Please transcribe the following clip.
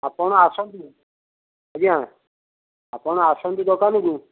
ଆପଣ ଆସନ୍ତୁ ଆଜ୍ଞା ଆପଣ ଆସନ୍ତୁ ଦୋକାନକୁ